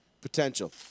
Potential